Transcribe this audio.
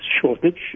shortage